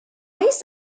oes